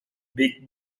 big